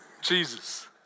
Jesus